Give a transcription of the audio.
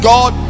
God